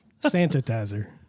sanitizer